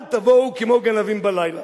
אל תבואו כמו גנבים בלילה.